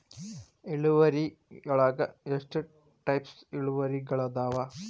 ಇಳುವರಿಯೊಳಗ ಎಷ್ಟ ಟೈಪ್ಸ್ ಇಳುವರಿಗಳಾದವ